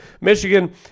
Michigan